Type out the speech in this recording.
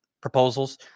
proposals